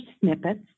snippets